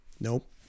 Nope